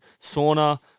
sauna